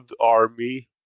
army